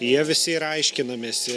jie visi yra aiškinamesi